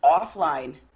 Offline